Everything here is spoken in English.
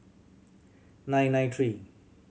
nine nine three